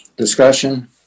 Discussion